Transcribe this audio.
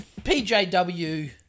PJW